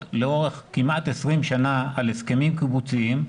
לאורך כמעט 20 שנה על הסכמים קיבוציים,